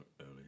early